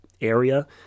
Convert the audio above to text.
area